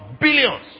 billions